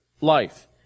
life